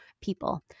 people